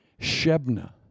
shebna